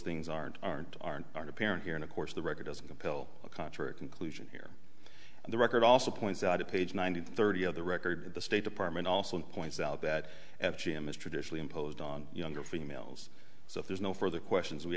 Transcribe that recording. things aren't aren't aren't part apparent here and of course the record doesn't compel a contrary conclusion here and the record also points out at page one hundred thirty of the record at the state department also points out that g m is traditionally imposed on younger females so if there's no further questions we